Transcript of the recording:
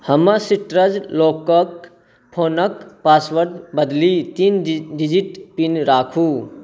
हमर सीट्रस लॉकक फोनक पासवर्ड बदलि तीन डिजिट पिन राखू